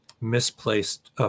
misplaced